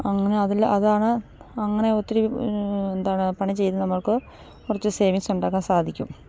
അങ്ങനെ അതിലെ അതാണ് അങ്ങനെ ഒത്തിരി എന്താണ് പണി ചെയ്ത് നമ്മൾക്ക് കുറച്ച് സേവിങ്സ് ഉണ്ടാക്കാൻ സാധിക്കും